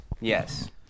Yes